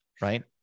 right